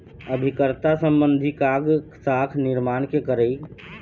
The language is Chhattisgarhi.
अभिकर्ता संबंधी काज, साख निरमान के करई